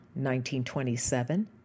1927